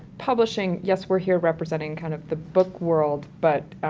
publishing, yes, we're here representing kind of the book world, but,